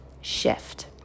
shift